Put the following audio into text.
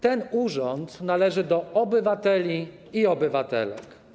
Ten urząd należy do obywateli i obywatelek.